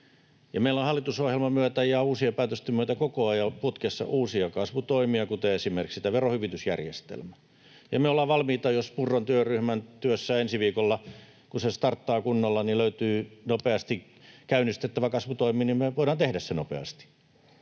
meillä on hallitusohjelman myötä ja uusien päätösten myötä koko ajan putkessa uusia kasvutoimia, kuten esimerkiksi tämä verohyvitysjärjestelmä. Me olemme valmiita, että jos Murron työryhmän työssä ensi viikolla, kun se starttaa kunnolla, löytyy nopeasti käynnistettävä kasvutoimi, niin me voidaan tehdä se nopeasti.